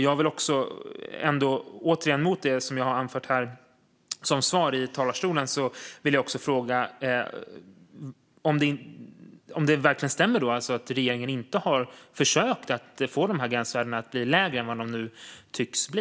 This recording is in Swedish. Mot bakgrund av det som jag har anfört här, som svar i talarstolen, vill jag också fråga om det verkligen stämmer att regeringen inte har försökt att få de här gränsvärdena att bli lägre än vad de nu tycks bli.